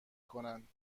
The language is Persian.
کنند